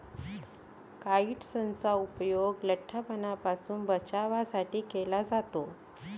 काइट्सनचा उपयोग लठ्ठपणापासून बचावासाठी केला जातो